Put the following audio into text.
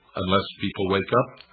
unless people wake up,